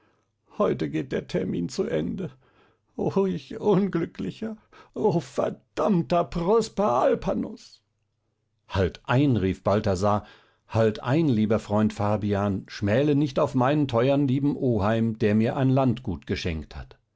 heute geht der termin zu ende o ich unglücklicher o verdammter prosper alpanus halt ein rief balthasar halt ein lieber freund fabian schmäle nicht auf meinen teuern lieben oheim der mir ein landgut geschenkt hat